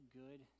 good